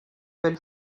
belle